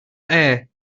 air